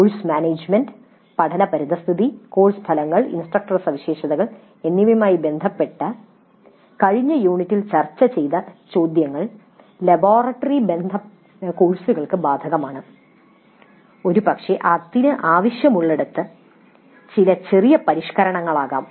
course management പഠന പരിസ്ഥിതി course ഫലങ്ങൾ ഇൻസ്ട്രക്ടർ സവിശേഷതകൾ എന്നിവയുമായി ബന്ധപ്പെട്ട കഴിഞ്ഞ യൂണിറ്റിൽ ചർച്ച ചെയ്ത ചോദ്യങ്ങൾ ലബോറട്ടറി കോഴ്സുകൾക്കും ബാധകമാണ് ഒരുപക്ഷേ അതിന് ആവശ്യമുള്ളിടത്ത് ചില ചെറിയ പരിഷ്ക്കരണങ്ങളാകാം